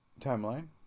Timeline